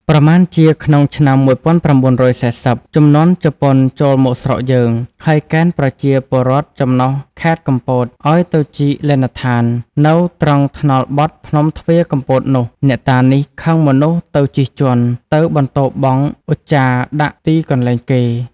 ប្រមាណជាក្នុងឆ្នាំ ១៩៤០ ជំនាន់ជប៉ុនចូលមកស្រុកយើង ហើយកេណ្ឌប្រជាពលរដ្ឋចំណុះខែត្រកំពត ឲ្យទៅជីកលេណដ្ឋាន នៅត្រង់ថ្នល់បត់ភ្នំទ្វារកំពតនោះ អ្នកតានេះខឹងមនុស្សទៅជិះជាន់ ទៅបន្ទោរបង់ឧច្ចារដាក់ទីកន្លែងគេ